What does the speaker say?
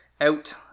out